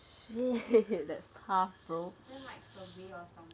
that's tough bro